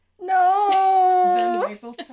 No